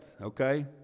Okay